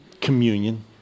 communion